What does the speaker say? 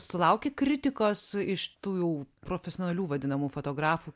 sulauki kritikos iš tų profesionalių vadinamų fotografų